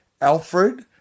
Alfred